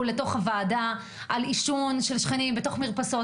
בוועדה על עישון של שכנים במרפסות.